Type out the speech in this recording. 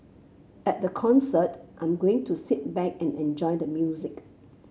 at the concert I'm going to sit back and enjoy the music